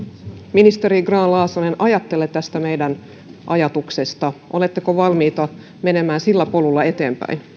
ministeri grahn laasonen ajattelette tästä meidän ajatuksesta oletteko valmis menemään sillä polulla eteenpäin